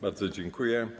Bardzo dziękuję.